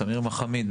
סמיר מחמיד,